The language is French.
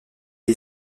est